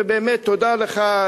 באמת תודה לך,